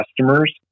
customers